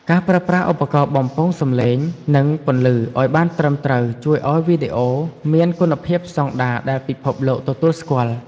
ការប្រើប្រាស់ឧបករណ៍បំពងសំឡេងនិងពន្លឺឱ្យបានត្រឹមត្រូវជួយឱ្យវីដេអូមានគុណភាពស្តង់ដារដែលពិភពលោកទទួលស្គាល់។